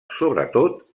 sobretot